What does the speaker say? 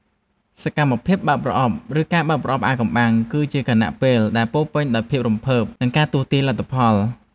សកម្មភាពបកប្រអប់ ឬការបើកប្រអប់អាថ៌កំបាំង គឺជាខណៈពេលដែលពោរពេញដោយភាពរំភើប និងការទស្សន៍ទាយលទ្ធផល។